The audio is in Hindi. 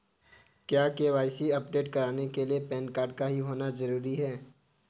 क्या के.वाई.सी अपडेट कराने के लिए पैन कार्ड का ही होना जरूरी है?